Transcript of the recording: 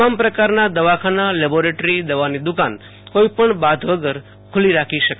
તમામ પકારના દવાખાના લબોરેટરી દવાની દકાન કોઈપણ બાધ વગર ખુલી રાખો શકાશે